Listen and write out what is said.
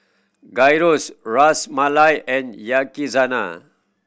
Gyros Ras Malai and Yakizakana